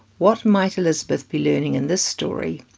what might elizabeth be learning in this story?